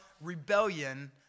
rebellion